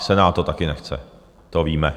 Senát to taky nechce, to víme.